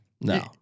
No